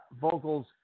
vocals